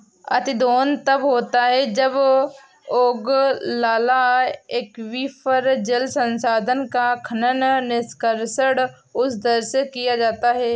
अतिदोहन तब होता है जब ओगलाला एक्वीफर, जल संसाधन का खनन, निष्कर्षण उस दर से किया जाता है